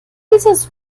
dieses